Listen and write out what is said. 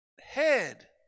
head